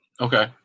Okay